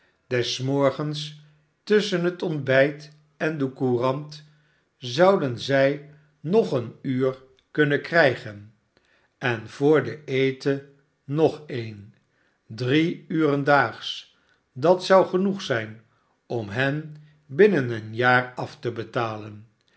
des morgens tusschen het ontbijt en de courant zouden zij nog een uur kunnen krijgen en vr den eten nog een drie uren daags dat zou genoeg zijn om hen binnen een jaar af te betalen